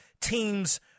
teams